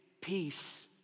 peace